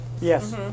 Yes